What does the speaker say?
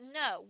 no